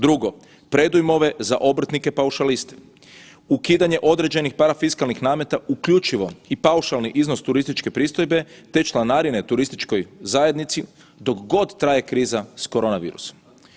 Drugo, predujmove za obrtnike paušaliste, ukidanje određenih parafiskalnih nameta uključivo i paušalni iznos turističke pristojbe te članarine turističkoj zajednici dok god traje kriza s korona virusom.